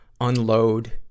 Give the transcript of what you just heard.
unload